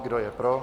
Kdo je pro?